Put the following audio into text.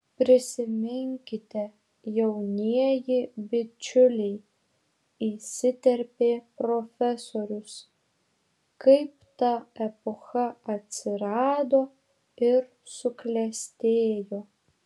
prisiminkite jaunieji bičiuliai įsiterpė profesorius kaip ta epocha atsirado ir suklestėjo